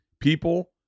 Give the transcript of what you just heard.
People